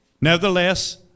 Nevertheless